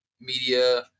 media